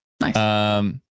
nice